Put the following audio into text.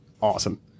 awesome